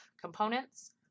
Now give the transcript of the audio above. components